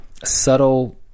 subtle